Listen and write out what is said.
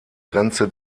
grenze